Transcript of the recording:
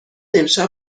امشب